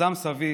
שם סבי